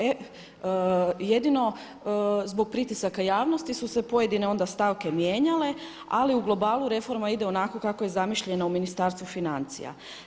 E jedino zbog pritisaka javnosti su se pojedine onda stavke mijenjale ali u globalu reforma ide onako kako je zamišljena u Ministarstvu financija.